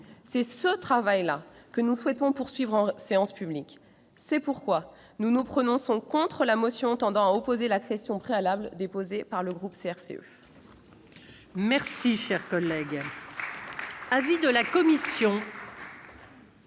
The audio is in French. C'est ce travail-là que nous souhaitons poursuivre en séance publique. C'est pourquoi nous nous prononçons contre la motion tendant à opposer la question préalable, déposée par nos